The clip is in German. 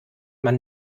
man